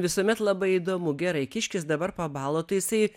visuomet labai įdomu gerai kiškis dabar pabalo tai jisai